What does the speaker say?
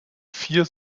vier